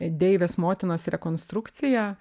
deivės motinos rekonstrukcija